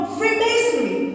Freemasonry